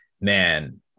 man